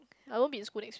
I won't be in school next